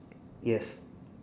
yes